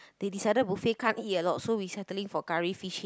they decided buffet can't eat a lot so we settling for curry fish head